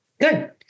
Good